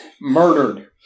Murdered